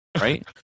right